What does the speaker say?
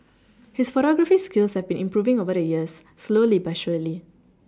his photography skills have been improving over the years slowly but surely